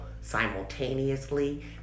simultaneously